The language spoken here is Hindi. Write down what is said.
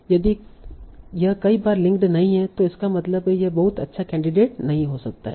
यदि यह कई बार लिंक्ड नहीं है तों इसका मतलब है कि यह बहुत अच्छा कैंडिडेट नहीं हो सकता है